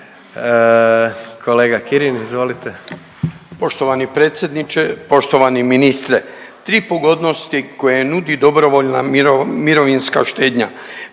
Kolega Kirin, izvolite.